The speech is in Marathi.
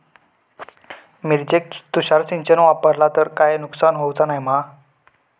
मिरचेक तुषार सिंचन वापरला तर काय नुकसान होऊचा नाय मा?